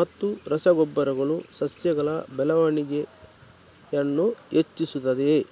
ಮತ್ತು ರಸ ಗೊಬ್ಬರಗಳು ಸಸ್ಯಗಳ ಬೆಳವಣಿಗೆಯನ್ನು ಹೆಚ್ಚಿಸುತ್ತದೆಯೇ?